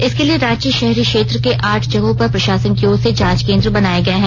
इसके लिए रांची शहरी क्षेत्र के आठ जगहों पर प्रशासन की ओर से जांच केन्द्र बनाये गए हैं